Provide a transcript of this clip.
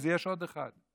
אז יש עוד אחד.